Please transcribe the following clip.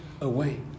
away